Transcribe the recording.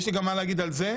יש לי גם מה להגיד על זה.